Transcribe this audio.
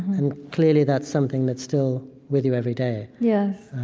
and clearly that's something that's still with you every day yes.